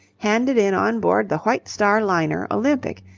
handed in on board the white star liner olympic,